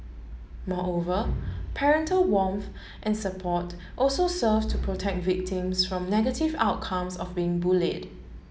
moreover parental warmth and support also serve to protect victims from negative outcomes of being bullied